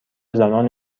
زنان